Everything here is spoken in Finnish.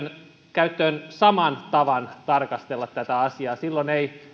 käyttöön saman tavan tarkastella tätä asiaa silloin ei